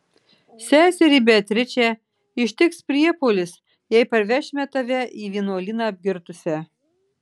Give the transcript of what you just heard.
seserį beatričę ištiks priepuolis jei parvešime tave į vienuolyną apgirtusią